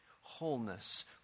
wholeness